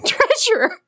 Treasure